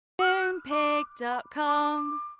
Moonpig.com